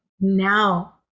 now